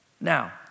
Now